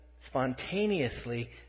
spontaneously